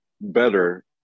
better